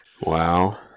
Wow